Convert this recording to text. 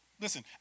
Listen